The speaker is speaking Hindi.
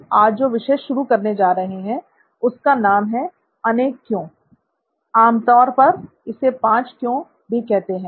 हम आज जो विषय शुरू करने जा रहे हैं उसका नाम है "अनेक क्यों" आमतौर पर इसे "5 क्यों" भी कहते हैं